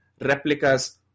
replicas